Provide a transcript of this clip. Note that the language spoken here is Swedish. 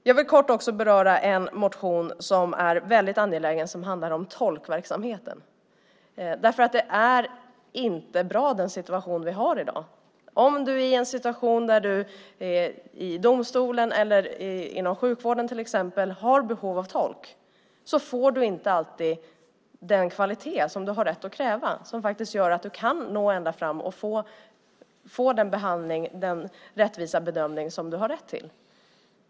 Jag ska också kort beröra en motion som är angelägen och som handlar om tolkverksamheten. Den situation vi har i dag är inte bra. Om du i en situation till exempel i en domstol eller inom sjukvården har behov av tolk får du inte alltid den kvalitet som du har rätt att kräva och som gör att du kan nå ända fram och få den behandling och den rättvisa bedömning som du har rätt till.